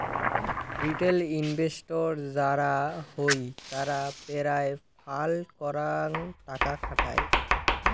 retail investor যারা হই তারা পেরায় ফাল করাং টাকা খাটায়